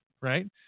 right